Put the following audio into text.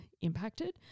impacted